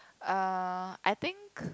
uh I think